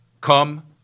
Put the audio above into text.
come